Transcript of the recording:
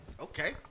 Okay